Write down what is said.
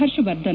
Harshvardhan